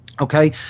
okay